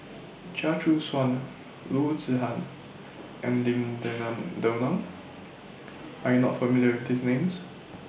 Chia Choo Suan Loo Zihan and Lim Denan Denon Are YOU not familiar with These Names